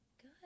good